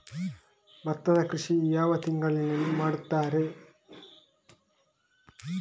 ಭತ್ತದ ಕೃಷಿ ಯಾವ ಯಾವ ತಿಂಗಳಿನಲ್ಲಿ ಮಾಡುತ್ತಾರೆ?